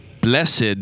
blessed